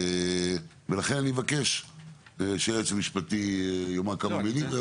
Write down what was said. אני מבקש שהיועץ המשפטי יאמר כמה מילים.